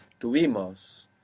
Tuvimos